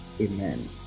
Amen